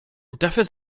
dafür